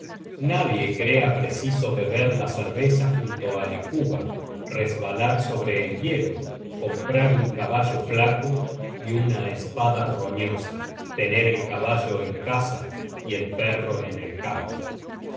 nadie crea preciso beber la cerveza junto á la cuba resbalar sobre el hielo comprar un caballo flaco y una espada roñosa tener el caballo en casa y el perro en el campo